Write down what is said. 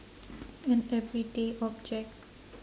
an everyday object